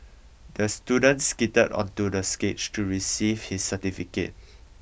the student skated onto the stage to receive his certificate